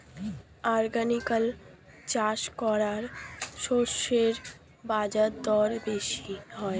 organically চাষ করা শস্যের বাজারদর বেশি হয়